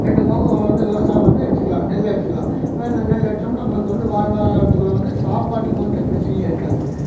ரெண்டு போகம் வந்து விவசாயம் வந்து எடுத்துக்கலாம் நெல் எடுத்துக்கலாம் நெல் நெல் எடுத்தோம்னா நம்மளுக்கு வந்து வாழ்வாதாரத்தில் வந்து சாப்பாட்டுக்கு வந்து பிரச்சனையே இருக்காது